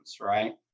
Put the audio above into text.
right